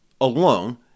alone